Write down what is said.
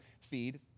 feed